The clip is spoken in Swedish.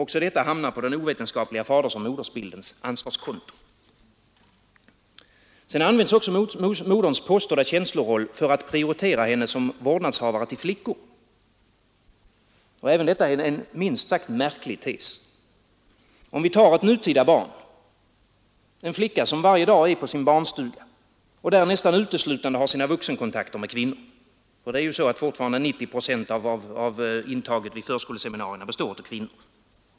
Också detta hamnar på den ovetenskapliga fadersoch modersbildens ansvarskonto. Moderns påstådda känsloroll används också för att prioritera henne som vårdnadshavare till flickor. Även detta är en minst sagt märklig tes. Tag ett nutida barn, en flicka, som varje dag är på sin barnstuga och där nästan uteslutande har sina vuxenkontakter med kvinnor. Fortfarande är 90 procent av dem som tas in på förskoleseminarier kvinnor.